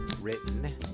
written